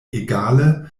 egale